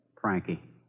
Frankie